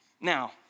Now